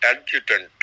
adjutant